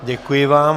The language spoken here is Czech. Děkuji vám.